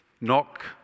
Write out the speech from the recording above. Knock